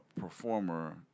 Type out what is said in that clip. performer